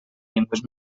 llengües